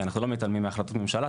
אנחנו לא מתעלמים מהחלטות ממשלה.